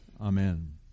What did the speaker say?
Amen